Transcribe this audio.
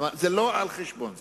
כלומר זה לא על חשבון זה.